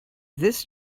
this